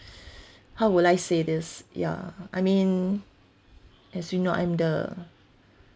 how will I say this ya I mean as you know I'm the